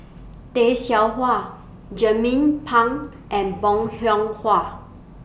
Tay Seow Huah Jernnine Pang and Bong Hiong Hua